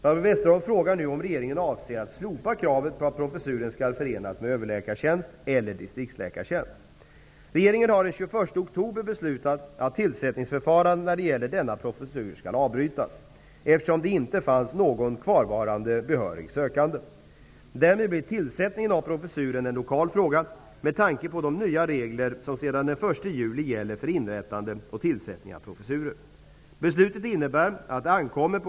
Barbro Westerholm frågar nu om regeringen avser slopa kravet på att professuren skall förenas med överläkartjänst eller distriktsläkartjänst. Regeringen har den 21 oktober beslutat att tillsättningsförfarandet när det gäller denna professur skall avbrytas, eftersom det inte fanns någon kvarvarande behörig sökande. Därmed blir tillsättningen av professuren en lokal fråga, med tanke på de nya regler som sedan den 1 juli gäller för inrättande och tillsättning av professurer.